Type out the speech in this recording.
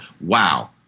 wow